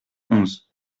onze